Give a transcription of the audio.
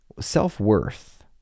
self-worth